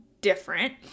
different